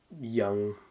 young